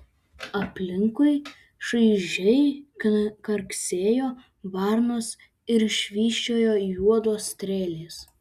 aplinkui šaižiai karksėjo varnos ir švysčiojo juodos strėlės